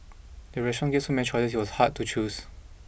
the restaurant gave so many choices that it was hard to choose